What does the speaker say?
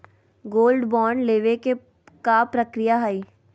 Gold bond लेवे के का प्रक्रिया हई?